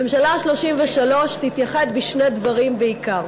הממשלה ה-33 תיוחד בשני דברים בעיקר: